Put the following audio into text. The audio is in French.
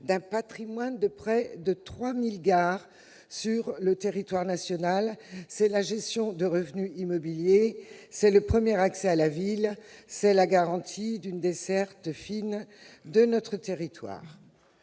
d'un patrimoine de près de 3 000 gares sur le territoire national, la gestion de revenus immobiliers, le premier accès à la ville, la garantie d'une desserte fine de notre territoire.